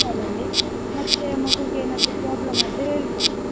ಶಾಲೆಯಲ್ಲಿ ಮತ್ತು ಮಗುಗೇನಾದರೂ ಪ್ರಾಬ್ಲಮ್ ಆದರೆ ಹೇಳ್ಕೋಬಹುದು